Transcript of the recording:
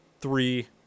three